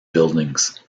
buildings